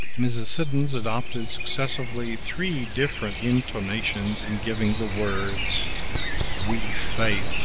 mrs. siddons adopted successively three different intonations in giving the words we fail